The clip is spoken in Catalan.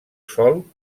sol